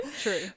True